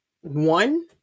One